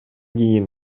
кийин